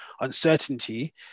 uncertainty